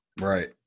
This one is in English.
Right